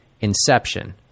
Inception